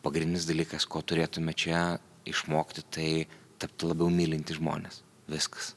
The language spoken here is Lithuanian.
pagrindinis dalykas ko turėtume čia išmokti tai tapti labiau mylintys žmonės viskas